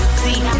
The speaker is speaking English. see